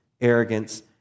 arrogance